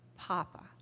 Papa